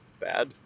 bad